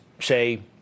say